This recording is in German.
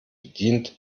bedient